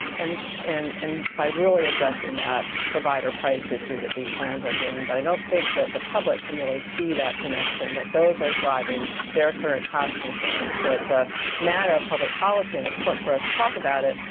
and and and by really addressing that provider price issue that these plans are doing. but i don't think that the public can really see that connection, that those are driving their current cost concerns. so it's a matter of public policy. and it's important for us to talk about it,